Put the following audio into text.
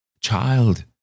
Child